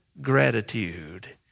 gratitude